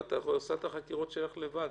אם את עושה את החקירות שלך לבד,